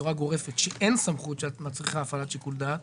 בצורה גורפת שאין סמכות שמצריכה הפעלת שיקול דעת,